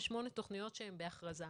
ועוד שמונה תכניות שהן בהכרזה.